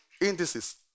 indices